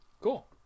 cool